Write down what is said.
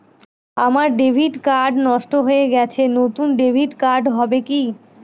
আমার debit card নষ্ট হয়ে গেছে নূতন ডেবিট কার্ড হবে কি?